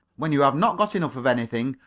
when you have not got enough of anything,